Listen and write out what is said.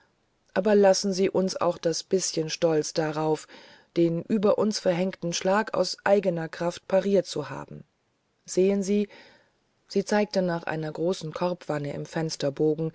aber lassen sie uns auch das bißchen stolz darauf den über uns verhängten schlag aus eigener kraft pariert zu haben sehen sie sie zeigte nach einer großen korbwanne im